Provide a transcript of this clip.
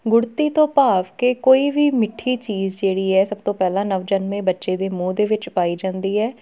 ਗੁੜਤੀ ਤੋਂ ਭਾਵ ਕਿ ਕੋਈ ਵੀ ਮਿੱਠੀ ਚੀਜ਼ ਜਿਹੜੀ ਹੈ ਸਭ ਤੋਂ ਪਹਿਲਾਂ ਨਵਜਨਮੇ ਬੱਚੇ ਦੇ ਮੂੰਹ ਦੇ ਵਿੱਚ ਪਾਈ ਜਾਂਦੀ ਹੈ